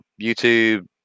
YouTube